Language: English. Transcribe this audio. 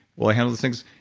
will i handle those things?